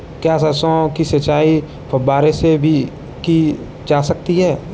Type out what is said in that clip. क्या सरसों की सिंचाई फुब्बारों से की जा सकती है?